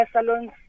salons